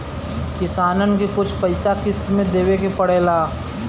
किसानन के कुछ पइसा किश्त मे देवे के पड़ेला